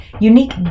unique